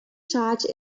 charge